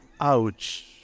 Ouch